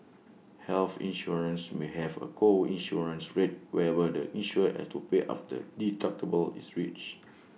health insurance may have A co insurance rate whereby the insured has to pay after the deductible is reached